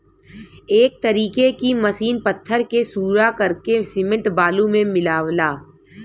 एक तरीके की मसीन पत्थर के सूरा करके सिमेंट बालू मे मिलावला